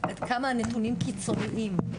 עד כמה הנתונים קיצוניים,